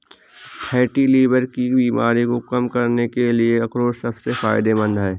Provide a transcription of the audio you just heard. fatty liver की बीमारी को कम करने के लिए अखरोट सबसे फायदेमंद है